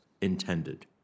intended